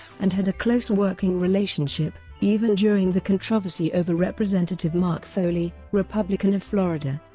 and had a close working relationship, even during the controversy over representative mark foley, republican of florida.